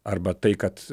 arba tai kad